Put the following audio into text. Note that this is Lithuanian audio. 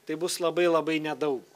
tai bus labai labai nedaug